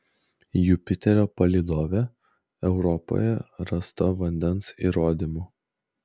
jupiterio palydove europoje rasta vandens įrodymų